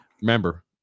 remember